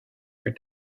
for